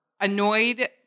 annoyed